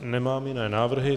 Nemám jiné návrhy.